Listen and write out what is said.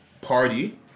party